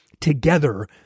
together